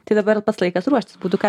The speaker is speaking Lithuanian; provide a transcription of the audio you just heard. tai dabar pats laikas ruoštis būtų ką